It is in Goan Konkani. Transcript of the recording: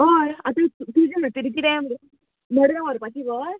हय आतां तुजें खातीर कितें मडगांव व्हरपाची बोस